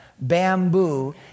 bamboo